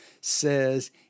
says